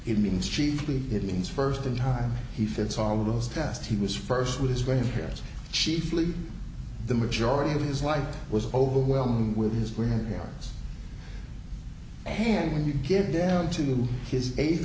it means chiefly it means first in time he fits all of those tests he was first with his grandparents chiefly the majority of his life was overwhelmed with his grandparents hand when you get down to his eighth